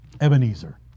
Ebenezer